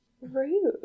Rude